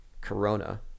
corona